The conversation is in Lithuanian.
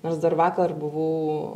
nors dar vakar buvau